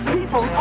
People